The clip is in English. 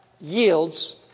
yields